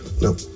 No